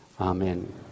amen